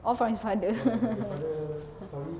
oh from his father